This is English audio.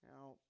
Now